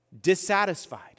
Dissatisfied